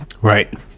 Right